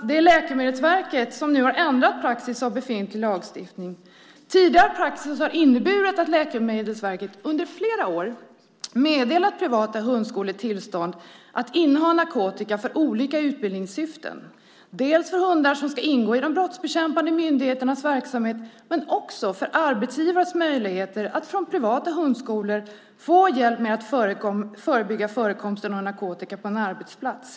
Det är Läkemedelsverket som nu har ändrat praxis i fråga om befintlig lagstiftning. Tidigare praxis har inneburit att Läkemedelsverket under flera år har meddelat privata hundskolor tillstånd att inneha narkotika för olika utbildningssyften. Det gäller hundar som ska ingå i de brottsbekämpande myndigheternas verksamhet, men det gäller också arbetsgivares möjligheter att från privata hundskolor få hjälp med att förebygga förekomsten av narkotika på en arbetsplats.